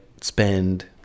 spend